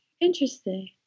interesting